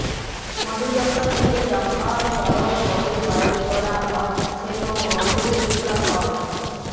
মধুচক্কর থ্যাইকে যখল তরল মধু বাইর ক্যরা হ্যয় সেট মধু লিস্কাশল